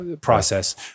process